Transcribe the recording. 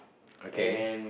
okay